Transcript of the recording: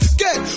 get